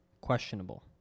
questionable